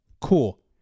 Cool